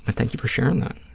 but thank you for sharing that.